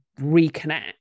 reconnect